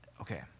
Okay